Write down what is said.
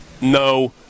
No